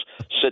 sit